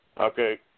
Okay